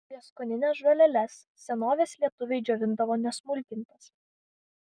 prieskonines žoleles senovės lietuviai džiovindavo nesmulkintas